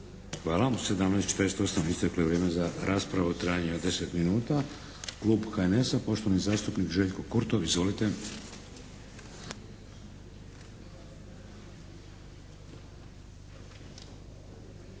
Hvala. U 17,48 isteklo je vrijeme za raspravu u trajanju od 10 minuta. Klub HNS-a, poštovani zastupnik Željko Kurtov. Izvolite.